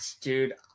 dude